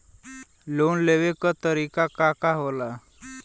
Loan लेवे क तरीकाका होला?